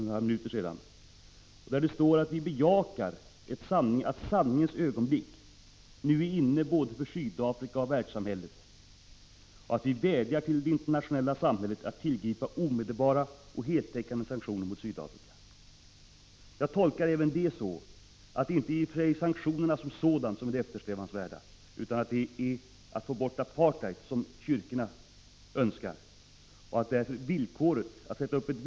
I den s.k. Harare-deklarationen står det: ”Vi bejakar att sanningens ögonblick nu är inne, både för Sydafrika och för världssamhället.” ”Vi vädjar till det internationella samhället att tillgripa omedelbara och heltäckande sanktioner mot Sydafrika.” Jag tolkar detta uttalande så, att det inte är sanktionerna som sådana som är eftersträvansvärda, utan att vad kyrkorna önskar är att få bort apartheid.